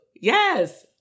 Yes